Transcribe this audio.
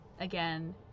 again